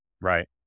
Right